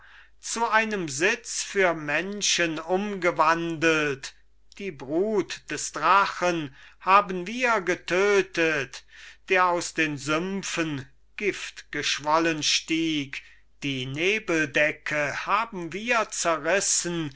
zu einem sitz für menschen umgewandelt die brut des drachen haben wir getötet der aus den sümpfen giftgeschwollen stieg die nebeldecke haben wir zerrissen